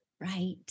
Right